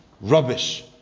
rubbish